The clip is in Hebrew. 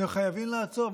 אתם חייבים לעצור.